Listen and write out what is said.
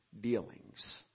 dealings